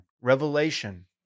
revelation